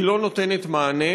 היא לא נותנת מענה,